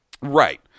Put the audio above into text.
Right